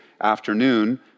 afternoon